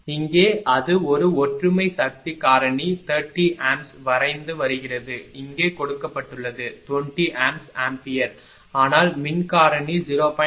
இங்கே அது ஒரு ஒற்றுமை சக்தி காரணி 30 A வரைந்து வருகிறது இங்கே கொடுக்கப்பட்டுள்ளது 20 A ஆம்பியர் ஆனால் மின் காரணி 0